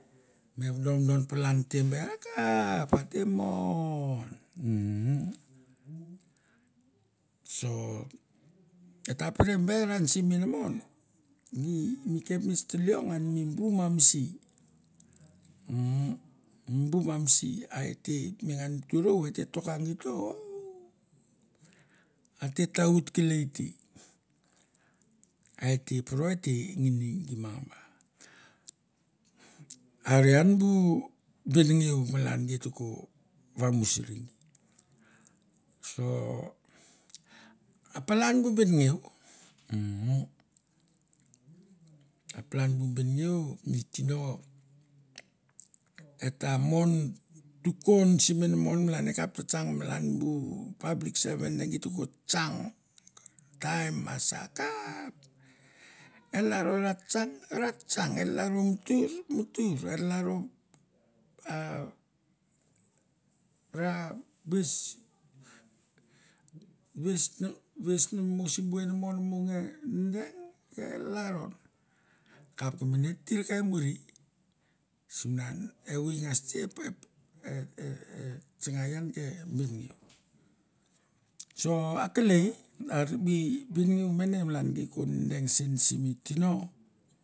Me vodovodon palan te ber, a te mon umm. So et ta pere be an sim inamon mi mi kapnets ta leong an mi bu ma mi si- umm mi bu ma mi si a e te mengan mi turou a e te toka gito a te tahut kelei te. A e te poro e te ngini gi mangba. Are an bu benngeu malan geit te ko vamus uri gi. So a palan bu benngeu umm a palan bu benengeu. mi tino eta mon tukon sim inmon malan va e kap tsa tsang malan bu public servant ne git ko tsang, taim ma sa kap, e lalro ra tsang ra tsang, e lalro mutur, mutur e lalro ra ves ves nam ves mo simbu inmon mo ngen deng ke lalro, kap mene ta tir kai kai muri, sunan evoi ngas te e e e tsanga ian ke benngeu so akelei or mi bengeu mene malan gei ke deng sen sim tino.